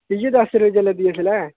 इ'यै दस्स रपेऽ चलै दी इसलै